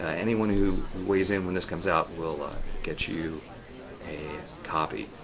anyone who weighs in when this comes out, we'll ah get you a copy.